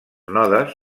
nodes